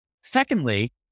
Secondly